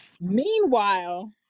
Meanwhile